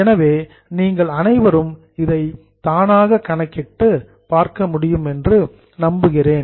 எனவே நீங்கள் அனைவரும் இதை தானாக கணக்கிட்டு பார்க்க முடியும் என்று நம்புகிறேன்